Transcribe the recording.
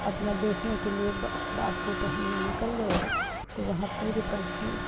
अपना बेटियों को लेक बा बाग़ को टहलने निकल गए तो वहाँ पूरे पंछी